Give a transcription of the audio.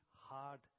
hard